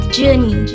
journey